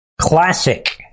classic